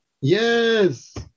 Yes